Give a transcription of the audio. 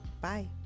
Bye